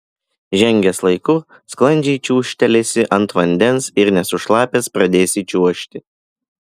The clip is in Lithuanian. žengęs laiku sklandžiai čiūžtelėsi ant vandens ir nesušlapęs pradėsi čiuožti